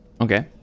okay